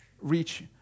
reach